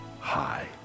high